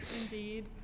indeed